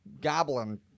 goblin